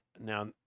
Now